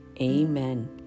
Amen